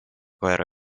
koera